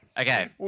Okay